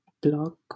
blog